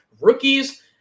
rookies